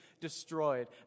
destroyed